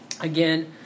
Again